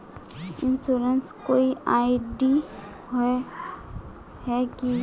Insurance कोई ID होय है की?